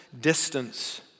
distance